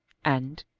and,